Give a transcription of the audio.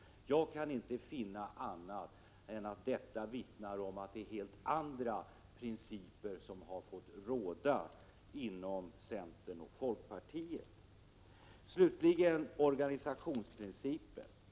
Jag kan inte finna annat än att detta vittnar om att det är helt andra principer som har fått råda inom centern och folkpartiet. Slutligen några ord om organisationsprincipen.